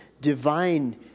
divine